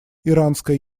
иранская